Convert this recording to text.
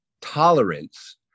tolerance